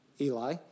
Eli